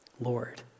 Lord